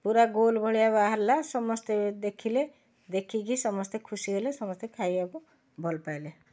ପୂରା ଗୋଲ ଭଳିଆ ବାହାରିଲା ସମସ୍ତେ ଦେଖିଲେ ଦେଖିକି ସମସ୍ତେ ଖୁସି ହେଲେ ସମସ୍ତେ ଖାଇବାକୁ ଭଲ ପାଇଲେ